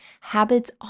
Habits